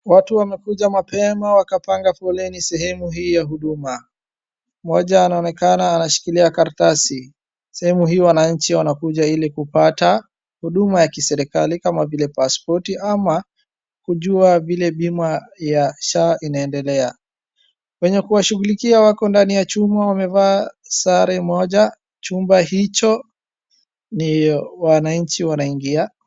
Watu wamekuja mapema wakapanga foleni sehemu hii ya huduma mmoja anaonekana anashikilia karatasi. Sehemu hii wananchi wanakuja ili kupata huduma ya kiserekali kama vile passpoti ama kujua vile bima ya SHA inaendelea. Wenye kuwashughulikia wako ndani ya chumba wamevaa sare moja, chumba hicho ndio wananchi wanaingia.